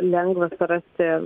lengva surasti